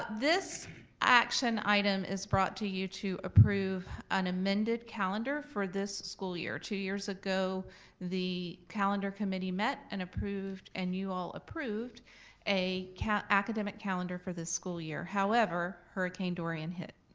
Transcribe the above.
this action item is brought to you to approve an amended calendar for this school year. two years ago the calendar committee met and approved, and you all approved a academic calendar for this school year. however, hurricane dorian hit.